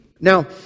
Now